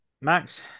Max